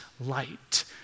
light